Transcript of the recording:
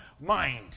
mind